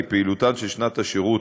כי פעילות שנת השירות,